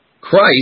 Christ